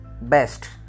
best